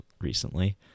recently